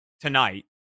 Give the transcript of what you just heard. tonight